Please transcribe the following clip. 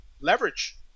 leverage